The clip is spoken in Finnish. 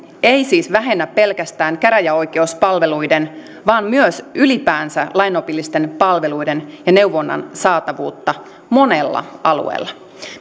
ei siis vähennä pelkästään käräjäoikeuspalveluiden vaan myös ylipäänsä lainopillisten palveluiden ja neuvonnan saatavuutta monella alueella